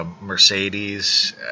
Mercedes